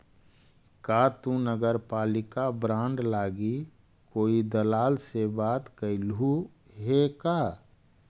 का तु नगरपालिका बॉन्ड लागी कोई दलाल से बात कयलहुं हे का?